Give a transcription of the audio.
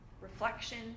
reflection